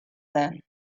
then